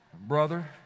Brother